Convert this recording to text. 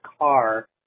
car